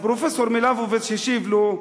אז פרופסור ליבוביץ השיב לו: